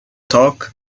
talk